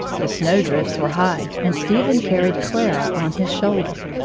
the snowdrifts were high, and stephen carried clara on his shoulder.